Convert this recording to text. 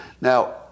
Now